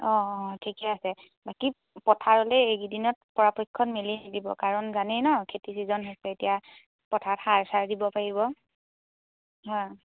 অঁ অঁ ঠিকে আছে বাকী পথাৰলৈ এইকেইদিনত পৰাপক্ষত মেলি নিদিব কাৰণ জানেই ন খেতি ছিজন হৈছে এতিয়া পথাৰত সাৰ চাৰ দিব পাৰিব হয়